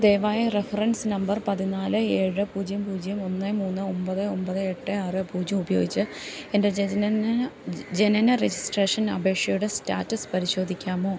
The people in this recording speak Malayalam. ദയവായി റഫറൻസ് നമ്പർ പതിനാല് ഏഴ് പൂജ്യം പൂജ്യം ഒന്ന് മൂന്ന് ഒമ്പത് ഒമ്പത് എട്ട് ആറ് പൂജ്യം ഉപയോഗിച്ച് എൻ്റെ ജനന രജിസ്ട്രേഷൻ അപേക്ഷയുടെ സ്റ്റാറ്റസ് പരിശോധിക്കാമോ